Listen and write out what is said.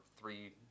three